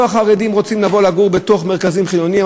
לא החרדים רוצים לבוא ולגור במרכזים חילוניים,